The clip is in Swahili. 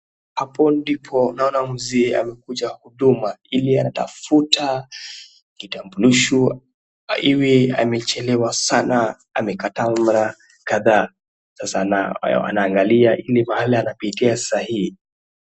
Hapo ndipo naona mzee amekuja huduma hili atafuta kitambulisho iwe amechelewa sana amekataa mara kadhaa. Sasa wanaangalia ile mahali ya kuwekea sahihi.